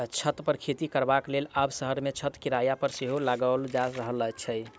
छत पर खेती करबाक लेल आब शहर मे छत किराया पर सेहो लगाओल जा रहल छै